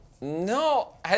No